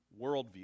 worldview